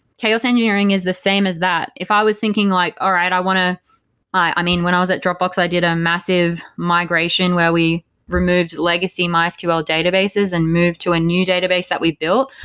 chaos engineering is the same as that if i was thinking like, all right, i want to i mean, when i was at dropbox, i did a massive migration where we removed legacy mysql databases and move to a new database that we built,